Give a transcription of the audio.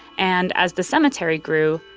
and as the cemetery grew,